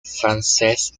francesc